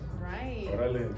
right